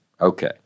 Okay